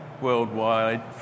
worldwide